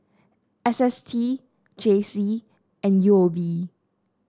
S S T J C and U O B